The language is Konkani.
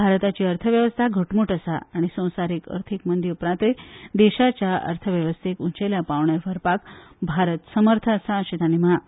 भारताची अर्थवेवस्था घटमूट आसा आनी संवसारीक अर्थीक मंदी उपरांतूय देशाच्या अर्थवेवस्थेक उंचेल्या पांवड्यार व्हरपाक भारत समर्थ आसा अशेंय तांणी म्हळां